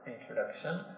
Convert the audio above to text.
introduction